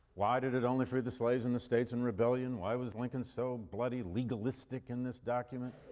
why did it only free the slaves in the states in rebellion? why was lincoln so bloody legalistic in this document?